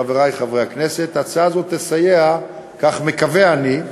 חברי חברי הכנסת, הצעה זו תסייע, כך מקווה אני,